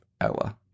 Ella